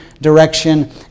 direction